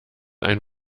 ein